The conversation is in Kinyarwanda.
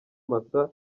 masa